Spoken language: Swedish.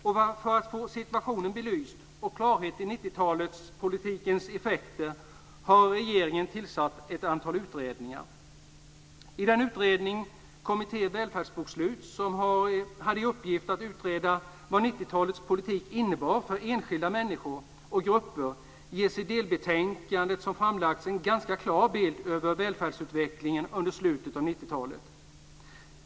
För att få situationen belyst och få klarhet i 90-talspolitikens effekter har regeringen tillsatt ett antal utredningar. I utredningen Kommittén Välfärdsbokslut, som hade i uppgift att utreda vad 90-talets politik innebar för enskilda människor och grupper, ges i det delbetänkande som framlagts en ganska klar bild över välfärdsutvecklingen under slutet av 90-talet.